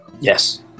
Yes